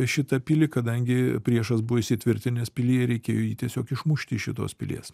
šitą pilį kadangi priešas buvo įsitvirtinęs pilyje reikėjo jį tiesiog išmušti iš šitos pilies